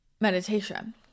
meditation